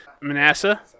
Manasseh